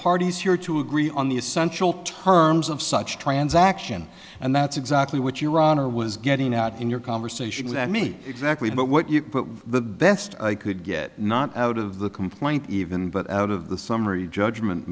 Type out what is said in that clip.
parties here to agree on the essential terms of such transaction and that's exactly what your honor was getting at in your conversation with me exactly but what you put the best i could get not out of the complaint even but out of the summary judgment